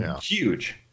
huge